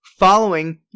Following